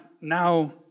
now